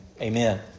Amen